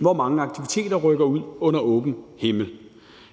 hvor mange aktiviteter rykker ud under åben himmel.